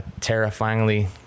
terrifyingly